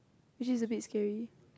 which is a bit scary